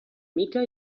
mica